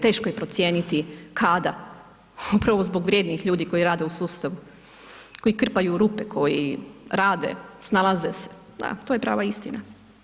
Teško je procijeniti kada, upravo zbog vrijednih ljudi koji rade u sustavu, koji krpaju rupe, koji rade, snalaze se, da to je prava istina.